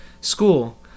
school